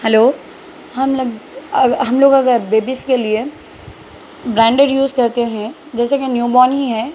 hello ہم ہم لوگ اگر بیبیز کے لیے برینڈڈ یوز کرتے ہیں جیسا کہ نیو بورن ہی ہیں